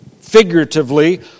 figuratively